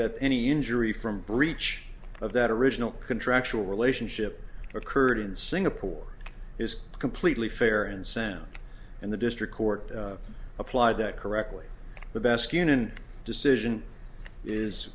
that any injury from breach of that original contractual relationship occurred in singapore is completely fair and send and the district court applied that correctly the best union decision is